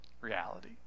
reality